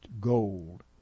gold